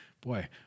boy